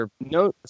No